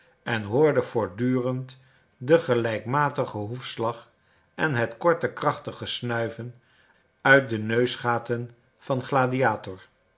en hoorde voortdurend den gelijkmatigen hoefslag en het korte krachtige snuiven uit de neusgaten van gladiator